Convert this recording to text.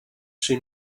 she